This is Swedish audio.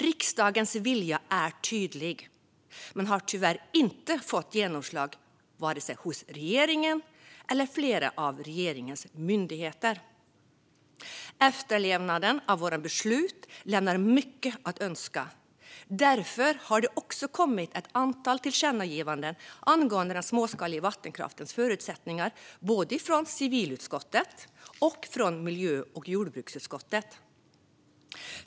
Riksdagens vilja är tydlig, men den har tyvärr inte fått genomslag hos vare sig regeringen eller flera av regeringens myndigheter. Efterlevnaden av våra beslut lämnar mycket att önska. Därför har det kommit ett antal tillkännagivanden angående den småskaliga vattenkraftens förutsättningar både från civilutskottet och från miljö och jordbruksutskottet.